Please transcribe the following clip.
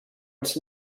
its